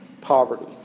poverty